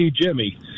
Jimmy